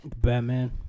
Batman